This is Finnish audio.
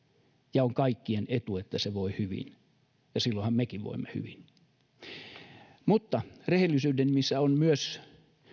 ja on kaikkien etu että se voi hyvin silloinhan mekin voimme hyvin rehellisyyden nimissä on myös